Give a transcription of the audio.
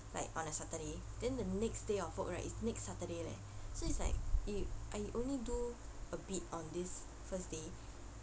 like on a saturday then the next day of work right is next saturday leh so it's like I only do a bit on this first day